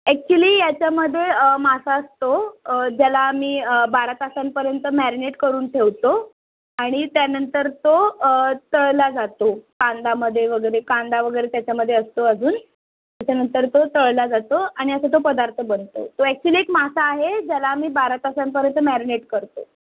actually याच्यामध्ये मासा असतो ज्याला आम्ही बारा तासांपर्यंत मॅरीनेट करून ठेवतो आणि त्यानंतर तो तळला जातो कांद्यामध्ये वगैरे कांदा वगैरे त्याच्यामध्ये असतो अजून त्याच्यानंतर तो तळला जातो आणि असा तो पदार्थ बनतो तो ॲक्च्युली एक मासा आहे ज्याला आम्ही बारा तासांपर्यंत मॅरीनेट करतो